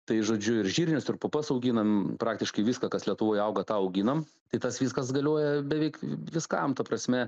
tai žodžiu ir žirnius pupas auginam praktiškai viską kas lietuvoj auga tą auginam tai tas viskas galioja beveik viskam ta prasme